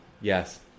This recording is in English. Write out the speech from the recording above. yes